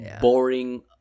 boring